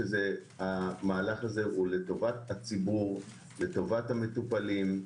המהלך הזה הוא לטובת הציבור, לטובת המטופלים.